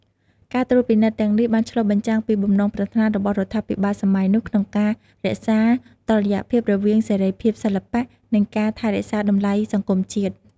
ការត្រួតពិនិត្យទាំងនេះបានឆ្លុះបញ្ចាំងពីបំណងប្រាថ្នារបស់រដ្ឋាភិបាលសម័យនោះក្នុងការរក្សាតុល្យភាពរវាងសេរីភាពសិល្បៈ និងការថែរក្សាតម្លៃសង្គមជាតិ។